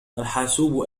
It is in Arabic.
الحاسوب